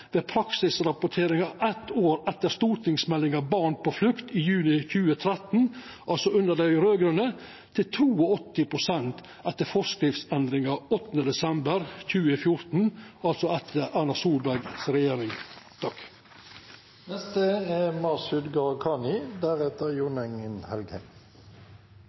ved praksisrapporteringa eitt år etter stortingsmeldinga Barn på flukt, i juni 2013 – altså under dei raud-grøne – til 82 pst. etter forskriftsendringa 8. desember 2014, altså etter Erna Solbergs regjering.